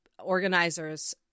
organizers